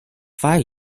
five